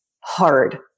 hard